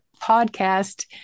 podcast